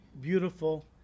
beautiful